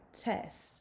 tests